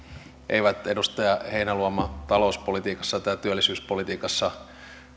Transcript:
eivät edustaja heinäluoma talouspolitiikassa tai työllisyyspolitiikassa